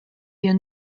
wir